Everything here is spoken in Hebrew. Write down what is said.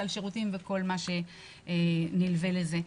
סל שירותים וכל מה שנלווה לזה.